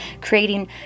creating